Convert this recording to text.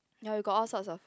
ya we got all sorts of